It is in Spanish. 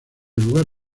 lugar